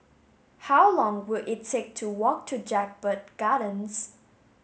how long will it take to walk to Jedburgh Gardens